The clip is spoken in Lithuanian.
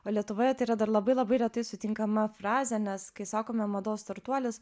o lietuvoje tai yra dar labai labai retai sutinkama frazė nes kai sakome mados startuolis